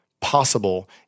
possible